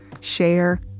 share